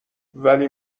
ولی